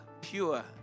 pure